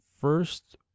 first